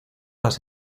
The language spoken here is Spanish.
las